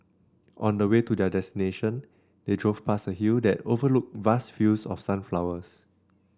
on the way to their destination they drove past a hill that overlooked vast fields of sunflowers